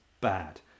bad